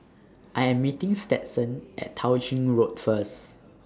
I Am meeting Stetson At Tao Ching Road First